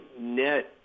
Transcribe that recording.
net